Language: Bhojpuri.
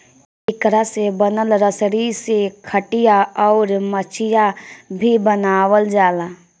एकरा से बनल रसरी से खटिया, अउर मचिया भी बनावाल जाला